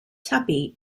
tuppy